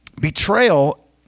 Betrayal